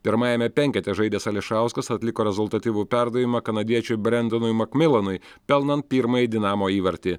pirmajame penkete žaidęs ališauskas atliko rezultatyvų perdavimą kanadiečiui brendonui makmilonui pelnant pirmąjį dinamo įvartį